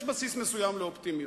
יש בסיס מסוים לאופטימיות.